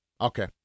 Okay